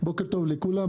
בוקר טוב לכולם,